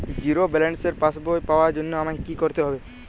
Zero ব্যালেন্সের পাসবই পাওয়ার জন্য আমায় কী করতে হবে?